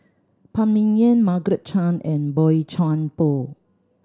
Phan Ming Yen Margaret Chan and Boey Chuan Poh